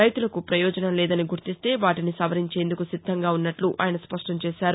రైతులకు పయోజనం లేదని గుర్తిస్తే వాటీని సవరించేందుకు సిద్దంగా ఉన్నట్లు ఆయన స్పష్టంచేశారు